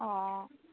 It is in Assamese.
অঁ